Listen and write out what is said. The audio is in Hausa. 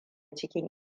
cikin